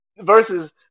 versus